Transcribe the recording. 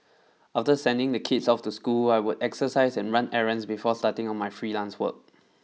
after sending the kids off to school I would exercise and run errands before starting on my freelance work